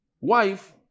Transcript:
wife